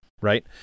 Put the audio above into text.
Right